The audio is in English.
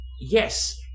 yes